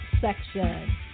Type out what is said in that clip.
section